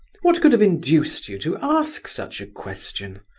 what could have induced you to ask such a question?